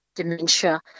Dementia